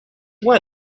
toi